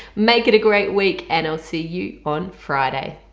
make it a great week and i'll see you on friday